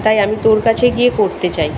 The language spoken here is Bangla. তাই আমি তোর কাছে গিয়ে করতে চাই